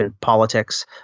politics